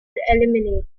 eliminated